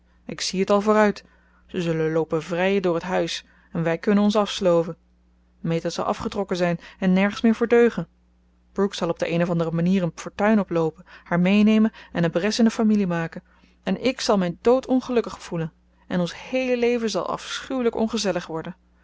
ik zie het al vooruit ze zullen loopen vrijen door het huis en wij kunnen ons afsloven meta zal afgetrokken zijn en nergens meer voor deugen brooke zal op de een of andere manier een fortuin oploopen haar meenemen en een bres in de familie maken en ik zal mij dood ongelukkig voelen en ons heele leven zal afschuwelijk ongezellig worden